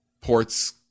ports